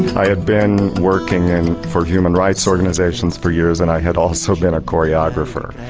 had been working for human rights organisations for years and i had also been a choreographer.